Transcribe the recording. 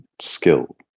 skill